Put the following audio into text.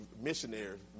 missionaries